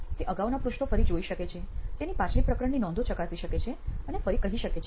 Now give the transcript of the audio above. તે અગાઉના પૃષ્ઠો ફરી જોઈ શકે છે તેની પાછલી પ્રકરણની નોંધો ચકાસી શકે છે અને ફરી કહી શકે છે